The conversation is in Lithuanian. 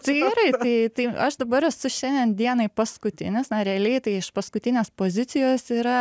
tai gerai tai tai aš dabar esu šiandien dienai paskutinis na realiai tai iš paskutinės pozicijos yra